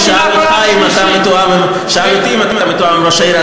ששאל אותי אם אני מתואם עם ראש העיר.